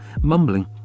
mumbling